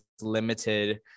limited